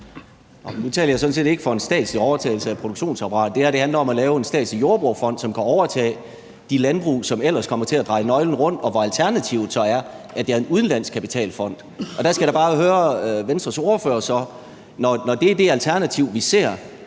sådan set ikke for en statslig overtagelse af produktionsapparatet. Det her handler om at lave en statslig jordbrugerfond, som kan overtage de landbrug, som ellers kommer til at dreje nøglen om, og hvor alternativet er en udenlandsk kapitalfond. Der skal jeg da bare høre Venstres ordfører: Når det er det alternativ, vi ser,